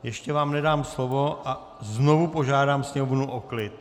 Ještě vám nedám slovo a znovu požádám sněmovnu o klid.